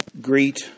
greet